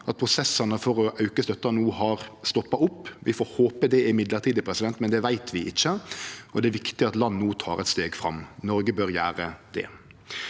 prosessane for å auke støtta no har stoppa opp. Vi får håpe det er midlertidig, men det veit vi ikkje. Det er viktig at land no tek eit steg fram. Noreg bør gjere det.